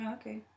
okay